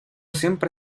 siempre